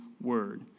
word